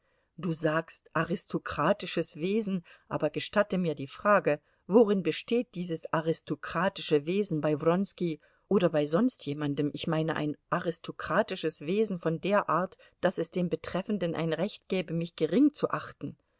du sagst aristokratisches wesen aber gestatte mir die frage worin besteht dieses aristokratische wesen bei wronski oder bei sonst jemandem ich meine ein aristokratisches wesen von der art daß es dem betreffenden ein recht gäbe mich gering zu achten